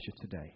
today